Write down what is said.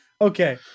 Okay